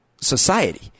society